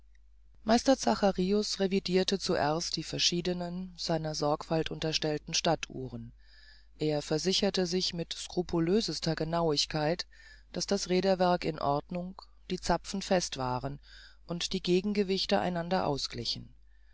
meister zacharius revidirte zuerst die verschiedenen seiner sorgfalt unterstellten stadtuhren er versicherte sich mit scrupulösester genauigkeit daß das räderwerk in ordnung die zapfen fest waren und die gegengewichte einander ausglichen